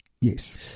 Yes